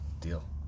deal